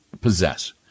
possess